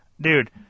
Dude